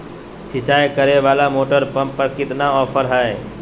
सिंचाई करे वाला मोटर पंप पर कितना ऑफर हाय?